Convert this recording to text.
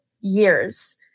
years